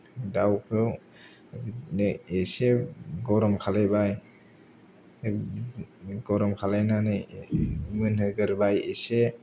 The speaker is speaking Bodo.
दाउखौ बिदिनो इसे गरम खालायबाय ओम गरम खालायनानै मोनहोग्रोबाय इसे